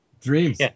Dreams